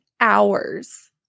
hours